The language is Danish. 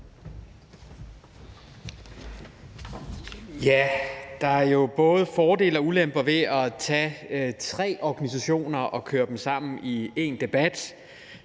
Der er jo både fordele og ulemper ved at tage tre organisationer og køre dem sammen i én debat.